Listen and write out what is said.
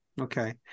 Okay